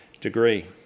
degree